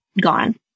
gone